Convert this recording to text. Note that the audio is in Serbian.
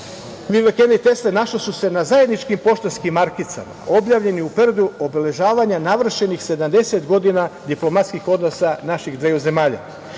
Vivekanande i Tesle našla su se na zajedničkim poštanskim markicama, objavljenim u periodu obeležavanja navršenih sedamdeset godina diplomatskih odnosa naših dveju zemalja.U